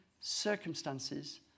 circumstances